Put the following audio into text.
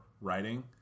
writing